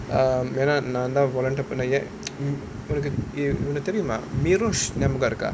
um ஏன்னா நான் தான்:yaennaa naan thaan volunteer பண்ணேன் ஏன் உனக்கு ஒன்னு தெரியுமா:pannaen yaen unakku onnu theriyumaa beerosh ஞாபகம் இருக்கா:nyabagam irukkaa